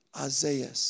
Isaiah